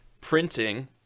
printing